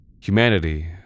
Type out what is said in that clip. Humanity